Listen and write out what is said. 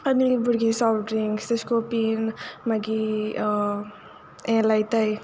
आनी भुरगीं soft drinks तेशकोन पीन मागी हें लायताय